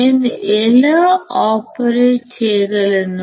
నేను ఎలా ఆపరేట్ చేయగలను